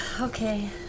Okay